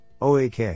OAK